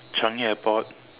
Changi airport